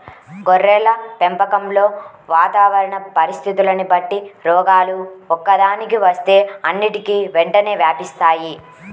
గొర్రెల పెంపకంలో వాతావరణ పరిస్థితులని బట్టి రోగాలు ఒక్కదానికి వస్తే అన్నిటికీ వెంటనే వ్యాపిస్తాయి